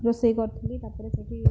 ରୋଷେଇ କରୁଥିଲି ତା'ପରେ ସେଠି